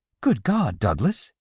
good god, douglas!